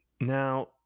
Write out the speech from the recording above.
Now